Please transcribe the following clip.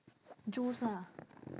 juice ah